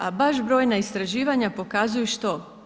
A baš brojna istraživanja pokazuju što?